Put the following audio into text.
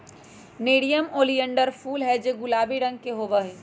nerium oleander फूल हैं जो गुलाबी रंग के होबा हई